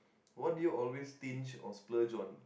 what do you always stinge or splurge on